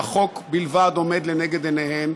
והחוק בלבד עומד לנגד עיניהן,